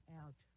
out